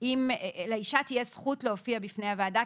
שלאישה תהיה זכות להופיע בפני הוועדה,